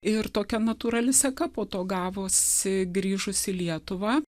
ir tokia natūrali seka po to gavosi grįžus į lietuvą